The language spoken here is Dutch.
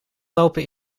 lopen